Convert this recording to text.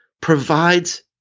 provides